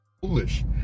foolish